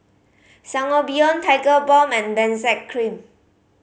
Sangobion Tigerbalm and Benzac Cream